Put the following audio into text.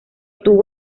tuvo